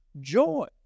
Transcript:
joy